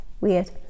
Weird